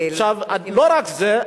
עכשיו לא רק זה,